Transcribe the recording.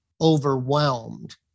overwhelmed